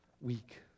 weak